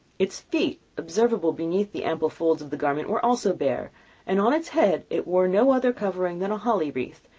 its feet, observable beneath the ample folds of the garment, were also bare and on its head it wore no other covering than a holly wreath,